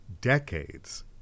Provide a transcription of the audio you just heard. decades